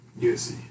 USC